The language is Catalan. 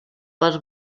pels